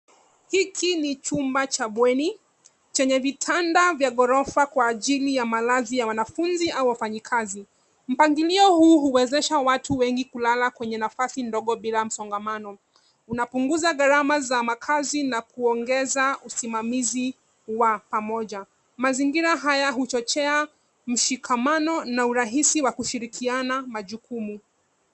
Hiki ni chumba cha bweni chenye vitanda vya ghorofa kwa ajili ya malazi ya wanafunzi au wafanyikazi Mpangilio huu huwezesha watu wengi kulala kwenye nafasi ndogo bila msongamano. Unapunguza gharama za makazi na kuongeza usimamizi wa pamoja. Mazingira haya huchochea mshikamano na urahisi wa kushirikiana majukumu.